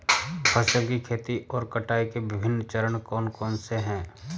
फसल की खेती और कटाई के विभिन्न चरण कौन कौनसे हैं?